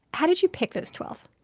how did you pick those twelve?